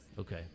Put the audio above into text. Okay